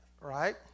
Right